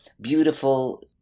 beautiful